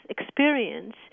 experience